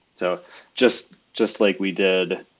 so just just like we did